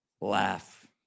laugh